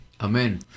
Amen